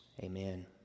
Amen